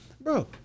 Bro